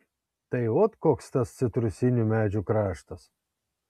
tai ot koks tas citrusinių medžių kraštas